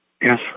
Yes